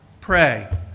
Pray